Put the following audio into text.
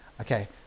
okay